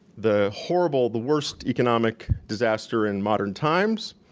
the horrible, the worst economic disaster in modern times,